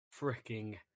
freaking